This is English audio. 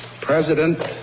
President